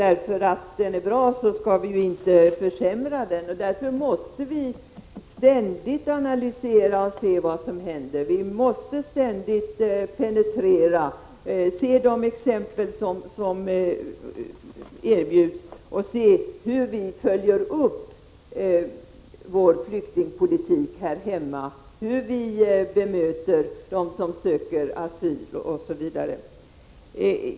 Är politiken bra skall vi ju inte försämra den, och därför måste vi ständigt analysera situationen och se vad som händer. Vi måste ständigt penetrera fallen och undersöka hur flyktingpolitiken följs upp här hemma, hur vi bemöter dem som söker asyl osv.